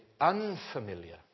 unfamiliar